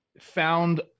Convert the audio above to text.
found